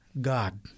God